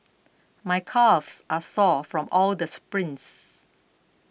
my calves are sore from all the sprints